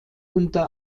unter